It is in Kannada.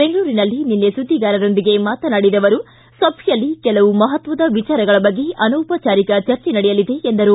ಬೆಂಗಳೂರಿನಲ್ಲಿ ನಿನ್ನೆ ಸುದ್ದಿಗಾರರೊಂದಿಗೆ ಮಾತನಾಡಿದ ಅವರು ಸಭೆಯಲ್ಲಿ ಕೆಲವು ಮಹತ್ವದ ವಿಚಾರಗಳ ಬಗ್ಗೆ ಅನೌಪಚಾರಿಕ ಚರ್ಚೆ ನಡೆಯಲಿದೆ ಎಂದರು